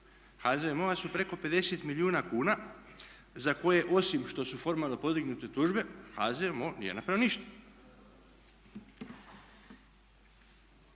pak su preko 50 milijuna kuna za koje osim što su formalno podignute tužbe HZMO nije napravio ništa.